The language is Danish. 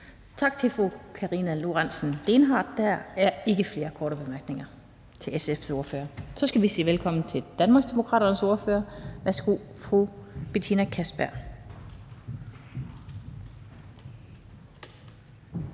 Tak til fru Karina Lorentzen Dehnhardt. Der er ikke flere korte bemærkninger til SF's ordfører. Så skal vi sige velkommen til Danmarksdemokraternes ordfører. Værsgo, fru Betina Kastbjerg.